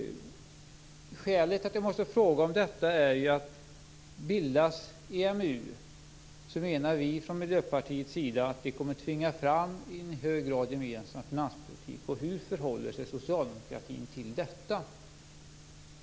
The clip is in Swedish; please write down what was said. Skälet till att jag måste fråga om detta är att vi i Miljöpartiet menar att om EMU bildas kommer det att tvinga fram en i hög grad gemensam finanspolitik. Hur förhåller sig socialdemokratin till detta?